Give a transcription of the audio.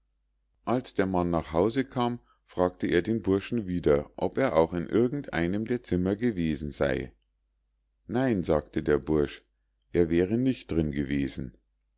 als der mann nach hause kam fragte er den burschen wieder ob er auch in irgend einem der zimmer gewesen sei nein sagte der bursch er wäre nicht drin gewesen